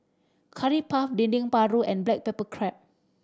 Curry Puff Dendeng Paru and black pepper crab